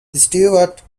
stewart